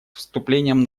вступлением